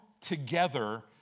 together